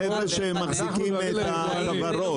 החבר'ה שמחזיקים את הכוורות,